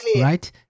right